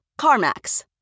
CarMax